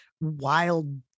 wild